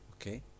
Okay